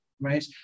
Right